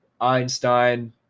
Einstein